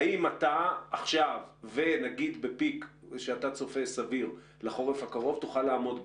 האם אתה עכשיו ובפיק סביר שאתה צופה לחורף הקרוב תוכל לעמוד בזה?